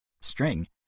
string